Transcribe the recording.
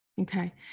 Okay